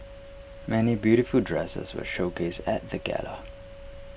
many beautiful dresses were showcased at the gala